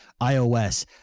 iOS